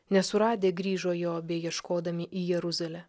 nesuradę grįžo jo beieškodami į jeruzalę